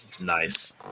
Nice